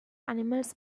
animals